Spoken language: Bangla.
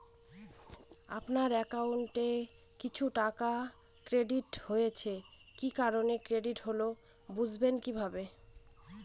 আপনার অ্যাকাউন্ট এ কিছু টাকা ক্রেডিট হয়েছে কি কারণে ক্রেডিট হল বুঝবেন কিভাবে?